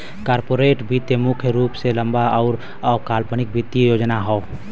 corporate वित्त मुख्य रूप से लंबा आउर अल्पकालिक वित्तीय योजना हौ